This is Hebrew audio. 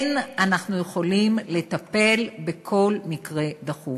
כן, אנחנו יכולים לטפל בכל מקרה דחוף.